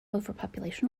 overpopulation